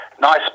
nice